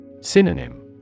Synonym